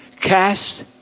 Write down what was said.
cast